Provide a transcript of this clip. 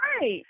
Right